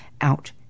out